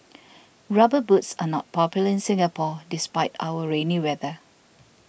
rubber boots are not popular in Singapore despite our rainy weather